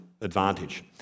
advantage